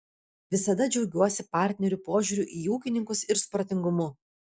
visada džiaugiuosi partnerių požiūriu į ūkininkus ir supratingumu